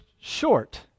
short